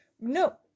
No